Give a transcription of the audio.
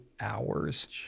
hours